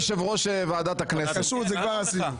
את הכשרות כבר עשינו.